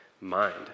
mind